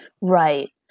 Right